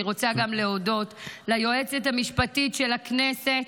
אני רוצה גם להודות ליועצת המשפטית של הכנסת,